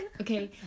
okay